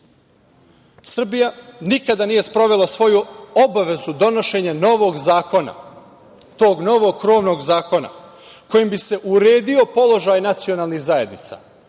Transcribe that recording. nikada nije sprovela svoju obavezu donošenja novog zakona, tog novog krovnog zakona kojim bi se uredio položaj nacionalnih zajednica